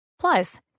Plus